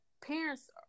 parents